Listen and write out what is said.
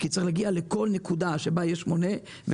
כי צריך להגיע לכל נקודה שבה יש מונה,